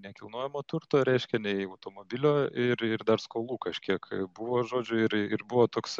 nekilnojamo turto reiškia nei automobilio ir ir dar skolų kažkiek buvo žodžiu ir ir buvo toksai